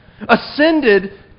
Ascended